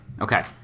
Okay